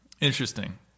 Interesting